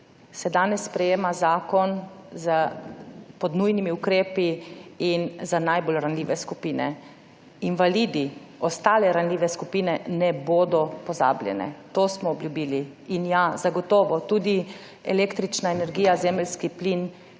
se danes sprejema zakon pod nujnimi ukrepi in za najbolj ranljive skupine. Invalidi, ostale ranljive skupine ne bodo pozabljene. To smo obljubili in ja, zagotovo tudi električna energija, zemeljski plin,